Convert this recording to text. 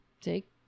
take